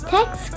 Text